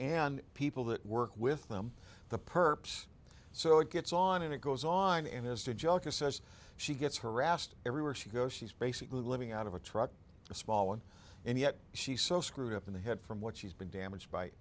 and people that work with them the perps so it gets on and it goes on and as a joke a says she gets harassed everywhere she goes she's basically living out of a truck a small one and yet she's so screwed up in the head from what she's been damaged by